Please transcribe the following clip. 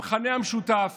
המכנה המשותף